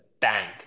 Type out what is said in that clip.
bank